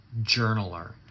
journaler